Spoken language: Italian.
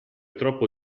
troppo